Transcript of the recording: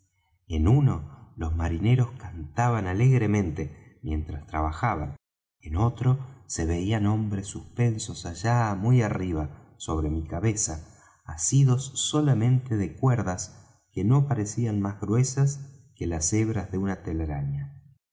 en uno los marineros cantaban alegremente mientras trabajaban en otro se veían hombres suspensos allá muy arriba sobre mi cabeza asidos solamente de cuerdas que no parecían más gruesas que las hebras de una telaraña